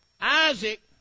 Isaac